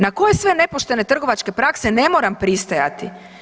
Na koje sve nepoštene trgovačke prakse ne moram pristajati?